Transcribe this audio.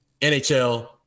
NHL